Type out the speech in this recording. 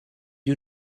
you